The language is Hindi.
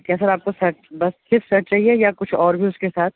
क्या सर आपको शर्ट बस सिर्फ शर्ट चाहिए या कुछ और भी उसके साथ